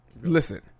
Listen